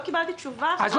לא קיבלתי תשובה אחת.